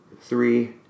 Three